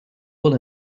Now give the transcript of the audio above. will